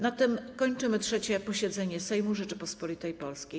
Na tym kończymy 3. posiedzenie Sejmu Rzeczypospolitej Polskiej.